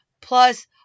Plus